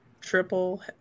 triple